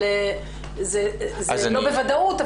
זה לא בוודאות,